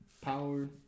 power